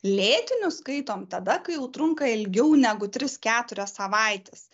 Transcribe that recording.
lėtiniu skaitom tada kai jau trunka ilgiau negu tris keturias savaites